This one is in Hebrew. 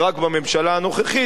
ורק בממשלה הנוכחית.